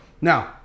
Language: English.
Now